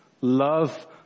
love